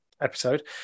episode